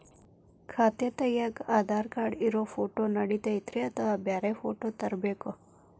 ಖಾತೆ ತಗ್ಯಾಕ್ ಆಧಾರ್ ಕಾರ್ಡ್ ಇರೋ ಫೋಟೋ ನಡಿತೈತ್ರಿ ಅಥವಾ ಬ್ಯಾರೆ ಫೋಟೋ ತರಬೇಕೋ?